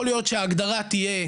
יכול להיות שההגדרה תהיה,